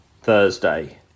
thursday